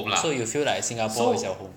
so you feel like Singapore is your home